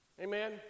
amen